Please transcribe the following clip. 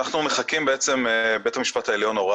אנחנו מחכים בעצם, בית המשפט העליון הורה